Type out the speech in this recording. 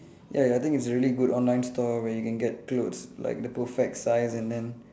ya I think it's really good online store where you can get clothes like the perfect size and then